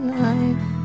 life